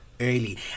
early